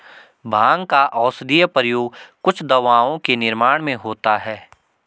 भाँग का औषधीय प्रयोग कुछ दवाओं के निर्माण में होता है